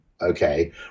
okay